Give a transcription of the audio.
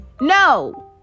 no